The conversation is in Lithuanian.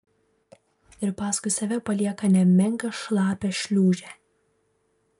ir paskui save palieka nemenką šlapią šliūžę